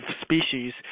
species